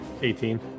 18